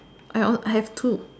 I I have two